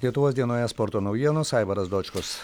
lietuvos dienoje sporto naujienos aivaras dočkus